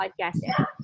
podcast